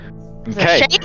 Okay